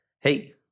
hey